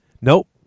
Nope